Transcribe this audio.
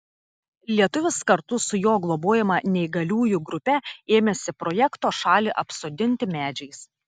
lietuvis kartu su jo globojama neįgaliųjų grupe ėmėsi projekto šalį apsodinti medžiais